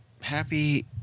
Happy